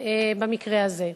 במקרה הזה,